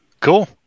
Cool